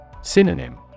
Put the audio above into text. Synonym